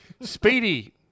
Speedy